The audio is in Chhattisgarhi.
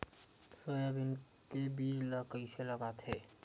सोयाबीन के बीज ल कइसे लगाथे?